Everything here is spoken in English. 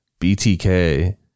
BTK